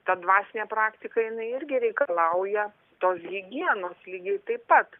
ta dvasinė praktika jinai irgi reikalauja tos higenos lygiai taip pat